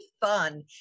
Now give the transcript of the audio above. fun